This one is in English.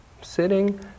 sitting